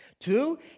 Two